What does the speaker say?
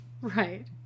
Right